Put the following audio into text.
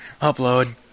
Upload